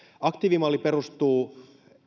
aktiivimalli perustuu